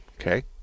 Okay